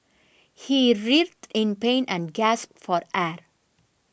he writhed in pain and gasped for air